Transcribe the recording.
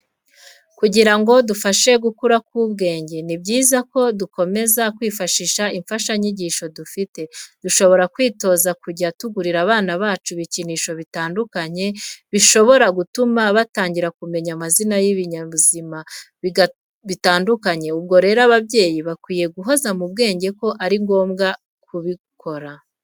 Kugira ngo dufashe gukura k'ubwenge, ni byiza ko dukomeza kwifashisha imfashanyigisho dufite. Dushobora kwitoza kujya tugurira abana bacu ibikinisho bitandukanye bishobora gutuma batangira kumenya amazina y'ibinyabuzima bitandukanye. Ubwo rero ababyeyi bakwiye guhoza mu bwenge ko ari ngombwa kubikora.